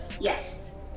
Yes